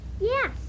Yes